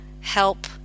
help